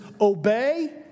obey